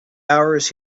hours